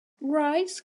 rice